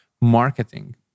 marketing